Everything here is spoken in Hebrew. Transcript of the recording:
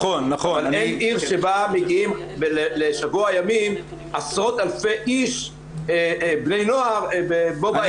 אין עיר שבה מגיעים לשבוע ימים עשרות אלפי בני נוער בו בעת.